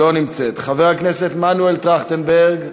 לא נמצאת, חבר הכנסת מנואל טרכטנברג,